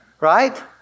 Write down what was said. Right